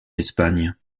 espagne